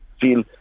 feel